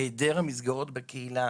היעדר המסגרות בקהילה,